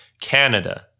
Canada